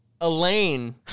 Elaine